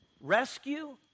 rescue